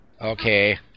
Okay